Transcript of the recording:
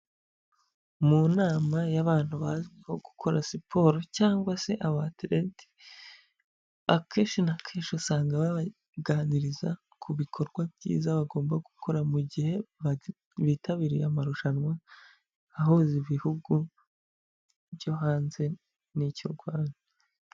Mu nama y'abantu bazwiho gukora siporo cyangwa se abaterete, akenshi na kenshi usanga baba baganirizwa ku bikorwa byiza bagomba gukora mu gihe bitabiriye amarushanwa ahuza ibihugu byo hanze n'icy'u Rwanda.